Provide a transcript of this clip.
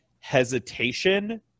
hesitation